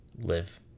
live